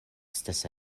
estas